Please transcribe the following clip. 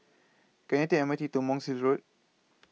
Can I Take M R T to Monk's Hill Road